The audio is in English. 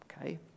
Okay